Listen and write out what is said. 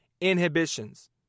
inhibitions